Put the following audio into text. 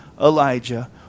Elijah